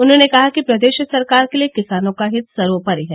उन्होने कहा कि प्रदेश सरकार के लिए किसानों का हित सर्वोपरि है